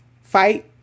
fight